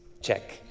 check